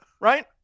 Right